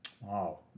Wow